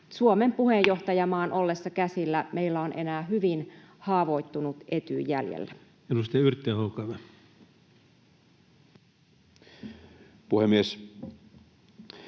Suomen puheenjohtajuuden ollessa käsillä meillä on enää hyvin haavoittunut Etyj jäljellä? [Speech 296] Speaker: